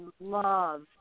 love